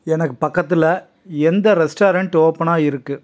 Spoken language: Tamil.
எனக்கு பக்கத்தில் எந்த ரெஸ்டாரண்ட் ஓப்பனாக இருக்குது